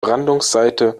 brandungsseite